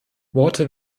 worte